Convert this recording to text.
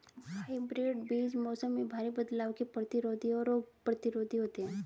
hybrid बीज मौसम में भारी बदलाव के प्रतिरोधी और रोग प्रतिरोधी होते हैं